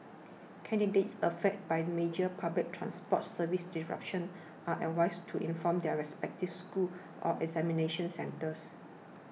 candidates affected by major public transport service disruption are advised to inform their respective schools or examination centres